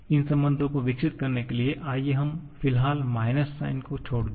इन संबंधों को विकसित करने के लिए आइए हम फिलहाल माइनस साइन को छोड़ दें